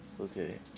Okay